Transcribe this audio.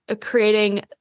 creating